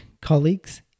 colleagues